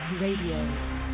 Radio